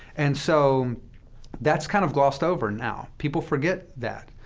and so that's kind of glossed over now. people forget that,